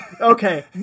Okay